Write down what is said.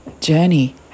journey